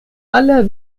aller